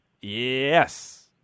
Yes